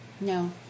No